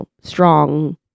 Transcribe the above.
strong